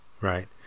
right